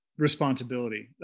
responsibility